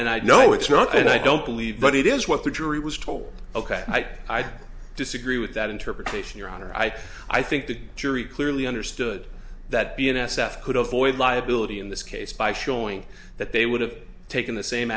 and i know it's not that i don't believe but it is what the jury was told ok i'd disagree with that interpretation your honor i i think the jury clearly understood that b n s f could avoid liability in this case by showing that they would have taken the same